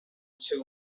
two